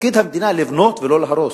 תפקיד המדינה לבנות ולא להרוס.